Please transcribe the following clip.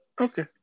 Okay